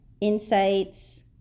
insights